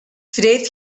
fréamh